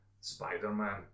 Spider-Man